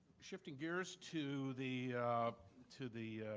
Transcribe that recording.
shifting gears to the to the